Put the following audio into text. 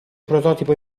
prototipo